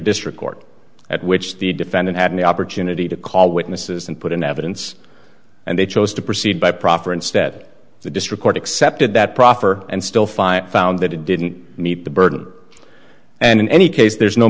district court at which the defendant had the opportunity to call witnesses and put in evidence and they chose to proceed by proffer instead the district court accepted that proffer and still five found that it didn't meet the burden and in any case there's no